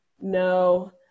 no